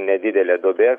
nedidelė duobė